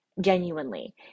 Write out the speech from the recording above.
genuinely